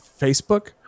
facebook